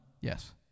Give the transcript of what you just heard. Yes